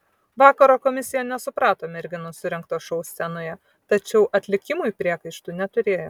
vakaro komisija nesuprato merginų surengto šou scenoje tačiau atlikimui priekaištų neturėjo